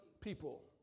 people